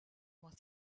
was